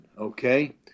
okay